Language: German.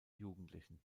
jugendlichen